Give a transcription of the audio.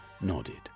nodded